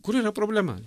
kur yra problema